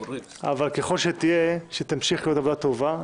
אבל ככל שתהיה, שתמשיך להיות עבודה טובה.